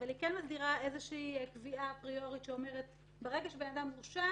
אבל היא כאן מסדירה איזושהי קביעה אפריורית שאומרת שברגע שבן אדם הורשע,